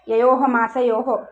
ययोः मासयोः